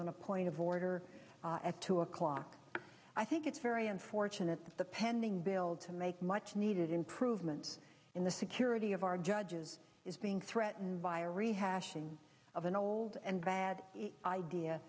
on a point of order or at two o'clock i think it's very unfortunate that the pending build to make much needed improvement in the security of our judges is being threatened by a rehashing of an old and bad idea